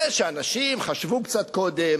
זה שאנשים חשבו קצת קודם,